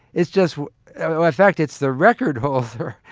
it's just a in fact, it's the record holder,